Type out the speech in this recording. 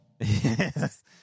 Yes